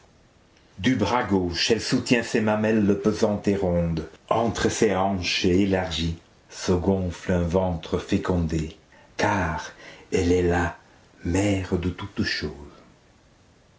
du bras gauche elle soutient ses mamelles pesantes et rondes entre ses hanches élargies se gonfle un ventre fécondé car elle est la mère de toutes choses